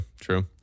true